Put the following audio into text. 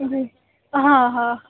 जी हा हा